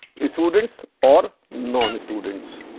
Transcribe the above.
a students or non students?